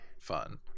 fun